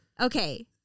Okay